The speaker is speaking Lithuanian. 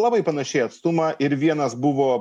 labai panašiai atstumą ir vienas buvo